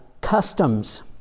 customs